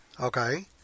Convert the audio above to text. Okay